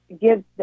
give